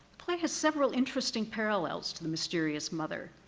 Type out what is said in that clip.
play has several interesting parallels to the mysterious mother.